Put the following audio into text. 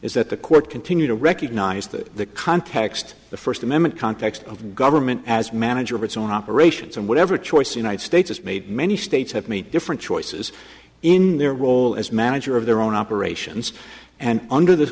is that the court continue to recognize that the context the first amendment context of government as manager of its own operations and whatever choice united states has made many states have meet different choices in their role as manager of their own operations and under the